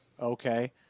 Okay